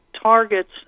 targets